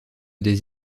des